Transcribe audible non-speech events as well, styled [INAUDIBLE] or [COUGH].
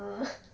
err [LAUGHS]